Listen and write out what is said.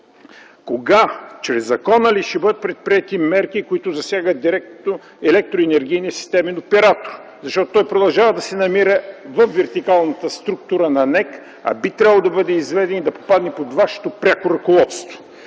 кога и чрез закона ли ще бъдат предприети мерки, които засягат директно електросистемният оператор? Защото той продължава да се намира във вертикалната структура на НЕК , а би трябвало да бъде изведен и да попадне под Вашето пряко ръководство.